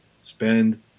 spend